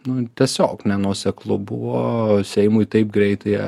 nu tiesiog nenuoseklu buvo seimui taip greitai